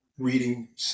reading